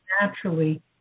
naturally